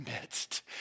midst